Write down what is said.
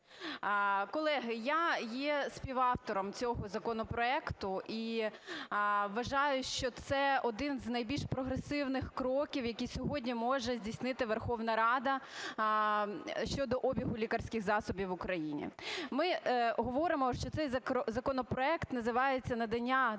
Колеги, я, є співавтором цього законопроекту і вважаю, що це один з найбільш прогресивних кроків, які сьогодні може здійснити Верховна Рада щодо обігу лікарських засобів в Україні. Ми говоримо, що цей законопроект називається "Надання доступу